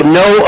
no